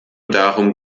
darum